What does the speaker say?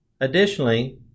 Additionally